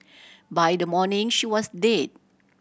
by the morning she was dead